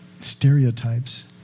stereotypes